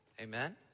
Amen